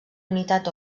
unitat